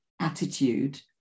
attitude